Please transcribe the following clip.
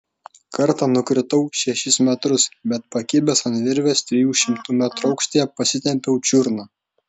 kartą nukritau šešis metrus bet pakibęs ant virvės trijų šimtų metrų aukštyje pasitempiau čiurną